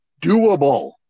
doable